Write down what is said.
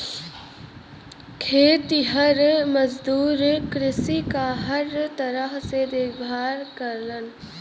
खेतिहर मजदूर कृषि क हर तरह से देखभाल करलन